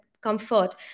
Comfort